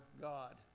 God